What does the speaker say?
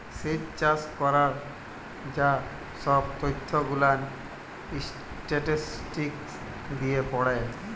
স্যেচ চাষ ক্যরার যা সহব ত্যথ গুলান ইসট্যাটিসটিকস দিয়ে পড়ে